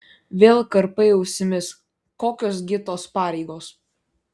vėl karpai ausimis kokios gi tos pareigos